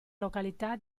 località